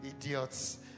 Idiots